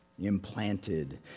implanted